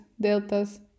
deltas